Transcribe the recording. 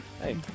Hey